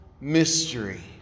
mystery